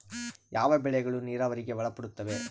ಯಾವ ಬೆಳೆಗಳು ನೇರಾವರಿಗೆ ಒಳಪಡುತ್ತವೆ?